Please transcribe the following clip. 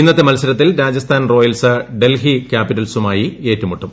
ഇന്നത്തെ മത്സരത്തിൽ രാജസ്ഥാൻ റോയൽസ് ഡൽഹി ക്യാപ്പിറ്റൽസുമായി ഏറ്റുമുട്ടും